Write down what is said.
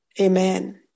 Amen